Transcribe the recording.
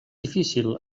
difícil